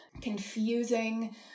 confusing